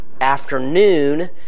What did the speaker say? afternoon